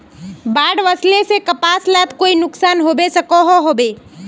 बाढ़ वस्ले से कपास लात कोई नुकसान होबे सकोहो होबे?